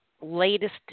Latest